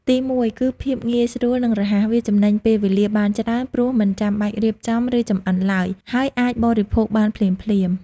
ទីមួយ គឺភាពងាយស្រួល និងរហ័ស វាចំណេញពេលវេលាបានច្រើន ព្រោះមិនចាំបាច់រៀបចំ ឬចម្អិនឡើយ ហើយអាចបរិភោគបានភ្លាមៗ។